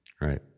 Right